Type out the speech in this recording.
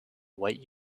white